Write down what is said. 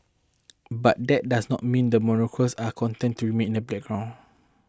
but that does not mean the monarchs are content to remain in the background